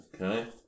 Okay